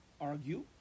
argue